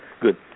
good